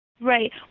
Right